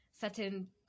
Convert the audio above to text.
certain